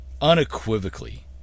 unequivocally